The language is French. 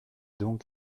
donc